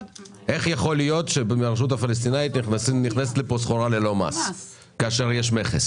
איך יכול להיות שנכנסת לכאן סחורה פלסטינית ללא מס כאשר יש מכס